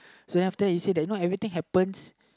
so after that he say that you know everything happens